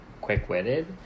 quick-witted